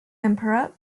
emperor